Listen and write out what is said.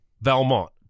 valmont